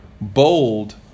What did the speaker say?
bold